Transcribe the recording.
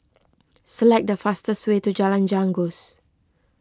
select the fastest way to Jalan Janggus